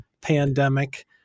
pandemic